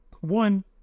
one